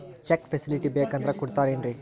Check facility ಬೇಕಂದ್ರ ಕೊಡ್ತಾರೇನ್ರಿ?